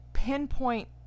Pinpoint